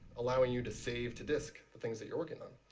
allowing you to save to disk the things that you're working on.